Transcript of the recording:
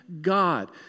God